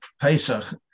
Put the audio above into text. Pesach